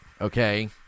okay